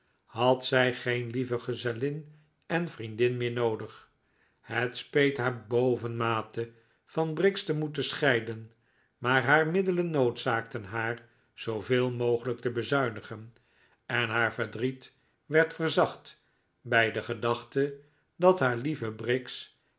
had zij geen lieve gezellin en vriendin meer noodig het speet haar bovenmate van briggs te moeten scheiden rnaar haar middelen noodzaakten haar zooveel mogelijk te bezuinigen en haar verdriet werd verzacht bij de gedachte dat haar lieve briggs